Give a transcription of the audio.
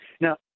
Now